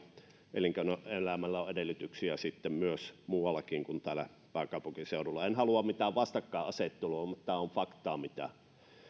elinkeinoelämällä on edellytyksiä myös muuallakin kuin täällä pääkaupunkiseudulla en halua mitään vastakkainasettelua mutta tämä on faktaa